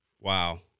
Wow